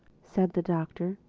said the doctor.